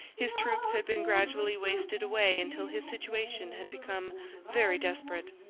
his troops had been gradually wasted away until his situation had become very desperate.